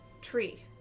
tree